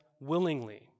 willingly